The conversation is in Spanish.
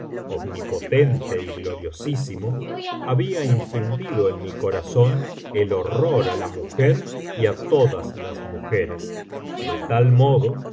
omnipotente y gloriosísimo había infundido en mi corazón el horror á la mujer y á todas las mujeres de tal modo